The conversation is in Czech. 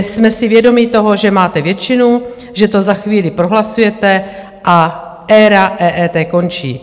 Jsme si vědomi toho, že máte většinu, že to za chvíli prohlasujete a éra EET končí.